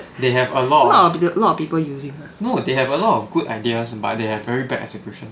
they have a lot of no they have a lot of good ideas but they have very bad execution